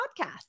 podcast